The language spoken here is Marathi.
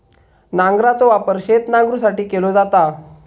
नांगराचो वापर शेत नांगरुसाठी केलो जाता